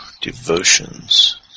devotions